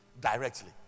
directly